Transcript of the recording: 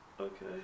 Okay